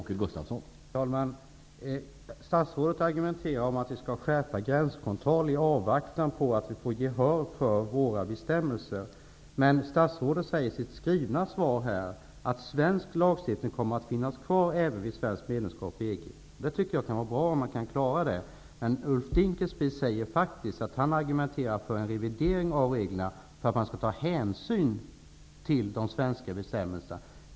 Herr talman! Statsrådet förespråkar en skärpt gränskontroll i avvaktan på att vi skall få gehör för våra bestämmelser. Men i det skrivna svaret säger statsrådet att svensk lagstiftning kommer att finnas kvar även vid ett svenskt medlemskap i EG. Det vore bra om man kunde klara det. Ulf Dinkelspiel säger däremot att han argumenterar för en revidering av EG:s regler för att man inom EG skall ta hänsyn till de svenska bestämmelserna.